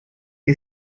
que